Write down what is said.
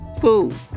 food